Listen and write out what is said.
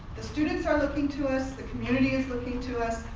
the students are looking to us, the community is looking to us,